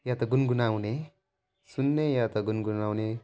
या त गुनगुनाउने सुन्ने या त गुनगुनाउने